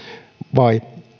vai